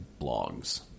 blogs